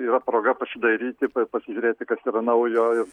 yra proga pasidairyti pa pasižiūrėti kas yra naujo ir